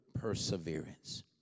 perseverance